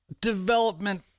development